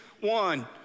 one